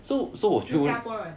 新加坡人